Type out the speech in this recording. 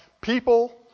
people